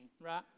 right